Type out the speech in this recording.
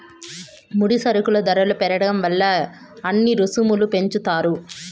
ముడి సరుకుల ధరలు పెరగడం వల్ల అన్ని రుసుములు పెంచుతారు